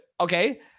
Okay